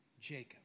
Jacob